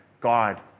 God